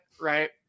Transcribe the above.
right